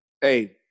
hey